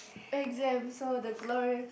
exams so the glorious